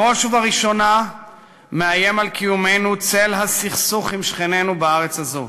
בראש ובראשונה מאיים על קיומנו צל הסכסוך עם שכנינו בארץ הזו.